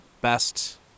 Best